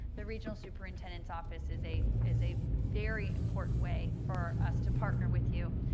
the regional superintendent's office is a is a very important way for us to partner with you,